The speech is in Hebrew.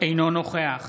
אינו נוכח